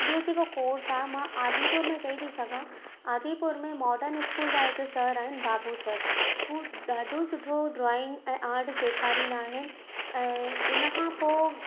इहो जेको कोर्स आहे मां आदिपुर में चई थी सघां आदिपुर में मॉडन स्कूल जा हिकु सर आहिनि बाबू सर उहे ॾाढो सुठो ड्रॉइंग ऐं आर्ट सेखारींदा आहिनि ऐं इन खां पोइ